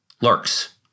lurks